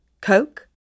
Coke